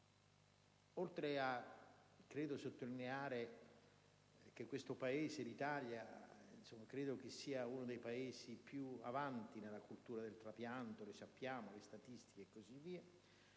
per sottolineare che questo Paese, l'Italia, credo sia uno dei Paesi più avanti nella cultura del trapianto (in base alle statistiche e così via),